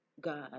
God